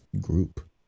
group